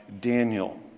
Daniel